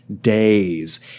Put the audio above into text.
days